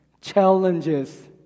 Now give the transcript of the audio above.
challenges